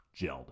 gelled